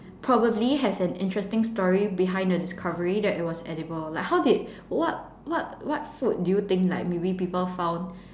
probably has an interesting story behind the discovery that it was edible like how did what what what food do you think like maybe people found